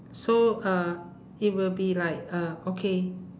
so uh it will be like uh okay